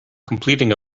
completing